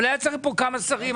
אבל היו צריכים להיות כאן כמה שרים.